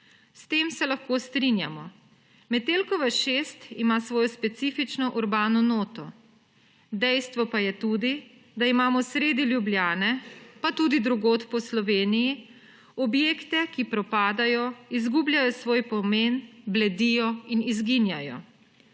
S tem se lahko strinjamo. Metelkova 6 ima svojo specifično urbano noto, dejstvo pa je tudi, da imamo sredi Ljubljane, pa tudi drugod po Sloveniji, objekte, ki propadajo, izgubljajo svoj pomen, bledijo in izginjajo.